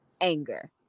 anger